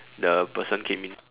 the person came in